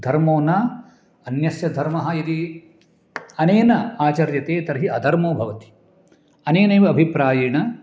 धर्मो न अन्यस्य धर्मः यदि अनेन आचर्यते तर्हि अधर्मो भवति अनेनैव अभिप्रायेण